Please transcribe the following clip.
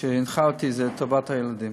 שהנחה אותי זה טובת הילדים.